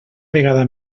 vegada